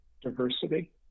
diversity